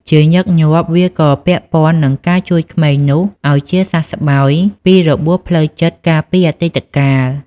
ជាញឹកញាប់ វាក៏ពាក់ព័ន្ធនឹងការជួយក្មេងនោះឲ្យជាសះស្បើយពីរបួសផ្លូវចិត្តកាលពីអតីតកាល។